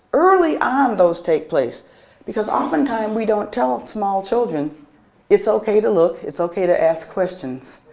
early on those take place because oftentimes we don't tell small children it's okay to look, it's okay to ask questions.